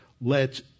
lets